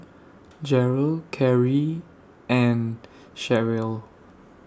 Jeryl Karie and Cherrelle